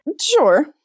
Sure